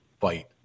fight